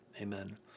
amen